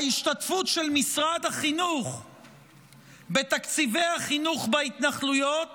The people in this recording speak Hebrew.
ההשתתפות של משרד החינוך בתקציבי החינוך בהתנחלויות